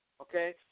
Okay